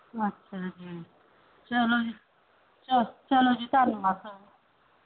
ਅੱਛਾ ਜੀ ਚਲੋ ਜੀ ਚਲ ਚਲੋ ਜੀ ਧੰਨਵਾਦ ਸਰ